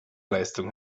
leistung